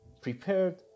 prepared